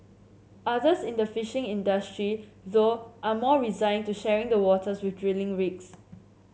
others in the fishing industry though are more resigned to sharing the waters with drilling rigs